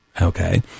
okay